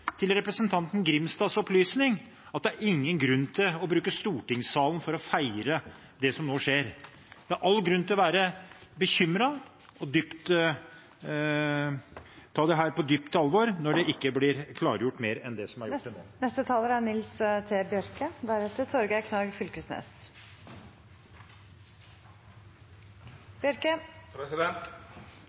til representanten Grimstads opplysning – at det er ingen grunn til å bruke stortingssalen til å feire det som nå skjer. Det er all grunn til å være bekymret og ta dette på dypt alvor når det ikke blir mer klargjort enn det er gjort til nå. Grunnen til at eg tek ordet, er